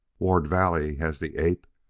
ward valley, as the ape,